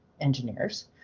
engineers